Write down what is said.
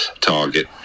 target